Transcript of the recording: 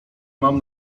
mam